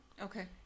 Okay